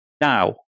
Now